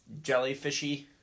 jellyfishy